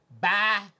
Bye